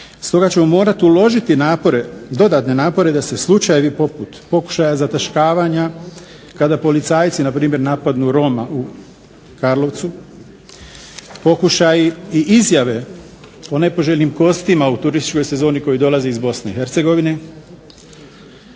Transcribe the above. Stoga ćemo morati uložiti dodatne napore da se slučajevi poput pokušaja zataškavanja kada policajci npr. napadnu Roma u Karlovcu, pokušaji i izjave o nepoželjnim kostima u turističkoj sezoni koji dolaze iz BiH, a turizam